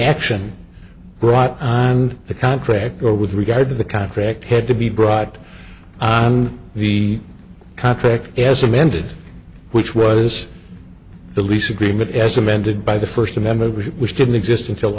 action brought on and the contractor with regard to the contract had to be brought on the contract as amended which was the lease agreement as amended by the first amendment which didn't exist until